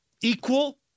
equal